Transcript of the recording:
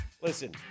Listen